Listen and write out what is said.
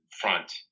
front